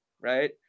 Right